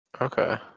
Okay